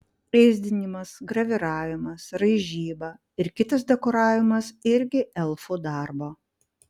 ėsdinimas graviravimas raižyba ir kitas dekoravimas irgi elfų darbo